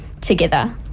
together